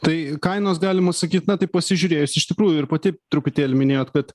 tai kainos galima sakyt na taip pasižiūrėjus iš tikrųjų ir pati truputėlį minėjot kad